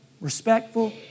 respectful